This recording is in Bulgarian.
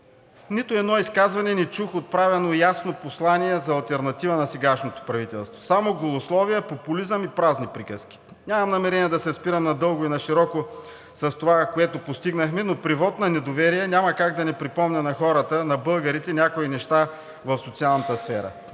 нито едно изказване не чух отправено ясно послание за алтернатива на сегашното правителство, само голословия, популизъм и празни приказки. Нямам намерение да се спирам надълго и нашироко на това, което постигнахме, но при вот на недоверие няма как да не припомня на хората, на българите някои неща в социалната сфера.